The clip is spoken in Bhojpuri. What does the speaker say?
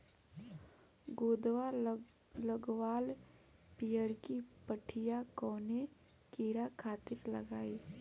गोदवा लगवाल पियरकि पठिया कवने कीड़ा खातिर लगाई?